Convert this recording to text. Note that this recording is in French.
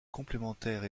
complémentaires